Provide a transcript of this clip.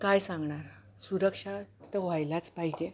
काय सांगणार सुरक्षा तर व्हायलाच पाहिजे